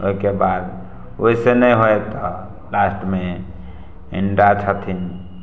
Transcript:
ओहिकेबाद ओहिसे नहि होइ तऽ लास्टमे इण्डा छथिन